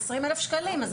20 אלף שקלים.